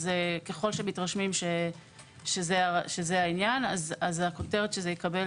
הכותרת שזה יקבל